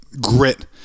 grit